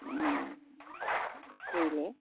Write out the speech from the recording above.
মানে কৰিলে